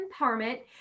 Empowerment